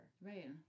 right